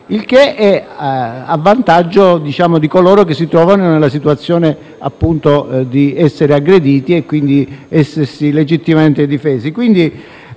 il che è a vantaggio di coloro i quali si trovano nella situazione di essere aggrediti, e quindi essersi legittimamente difesi.